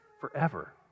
forever